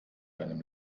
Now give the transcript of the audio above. einem